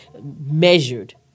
measured